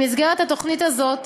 במסגרת התוכנית הזאת,